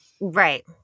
Right